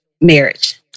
marriage